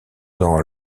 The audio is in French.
dans